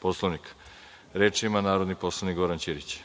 Poslovnika? Reč ima narodni poslanik Goran Ćirić.